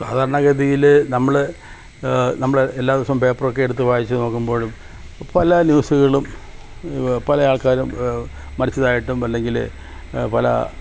സാധാരണ ഗതിയിൽ നമ്മൾ നമ്മൾ എല്ലാ ദിവസവും പേപ്പറൊക്കെ എടുത്ത് വായിച്ച് നോക്കുമ്പോഴും ഇപ്പം എല്ലാ ന്യൂസുകളും പല ആൾക്കാരും മരിച്ചതായിട്ടും അല്ലെങ്കിൽ പല